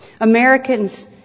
Americans